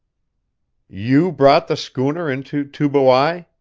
you brought the schooner into tubuai?